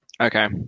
Okay